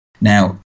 Now